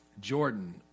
Jordan